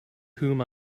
whom